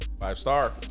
five-star